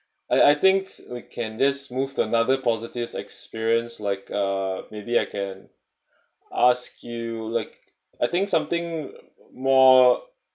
I I think we can just moved another positive experience like uh maybe I can ask you like I think something more